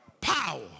Power